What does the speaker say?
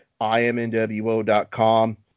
imnwo.com